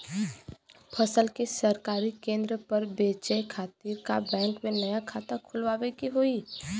फसल के सरकारी केंद्र पर बेचय खातिर का बैंक में नया खाता खोलवावे के होई?